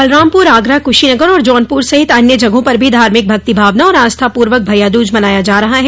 बलरामपुर आगरा कुशीनगर और जौनपुर सहित अन्य जगहों पर भी धार्मिक भक्ति भावना और आस्था पूर्वक भइया दूज मना जा रहा है